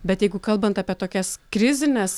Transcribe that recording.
bet jeigu kalbant apie tokias krizines